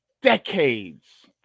decades